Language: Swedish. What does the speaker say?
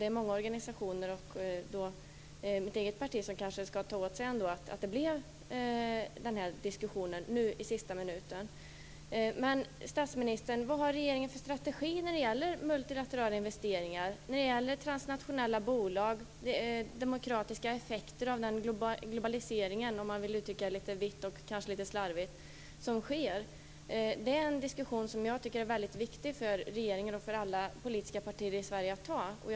Det är många organisationer som kan ta åt sig äran för att den här diskussionen blev av nu i sista minuten, och även mitt eget parti. Men, statsministern, vad har regeringen för strategi när det gäller multilaterala investeringar, transnationella bolag och demokratiska effekter av den globalisering som sker, om man vill uttrycka det litet slarvigt? Jag tycker att det är en mycket viktig diskussion för regeringen och alla politiska partier i Sverige att föra.